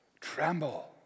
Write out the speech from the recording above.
Tremble